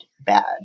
bad